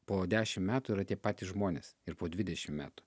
po dešim metų yra tie patys žmonės ir po dvidešim metų